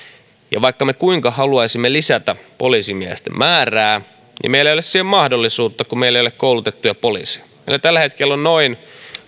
vaikka me kuinka haluaisimme lisätä poliisimiesten määrää niin meillä ei ole siihen mahdollisuutta kun meillä ole koulutettuja poliiseja meillä on tällä hetkellä työttöminä noin